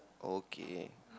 okay